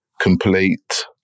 complete